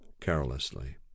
carelessly